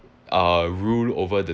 uh rule over the